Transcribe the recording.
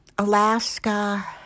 Alaska